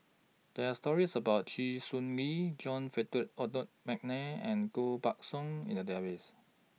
There Are stories about Chee Swee Lee John Feder Adol Mcnair and Koh Buck Song in The Database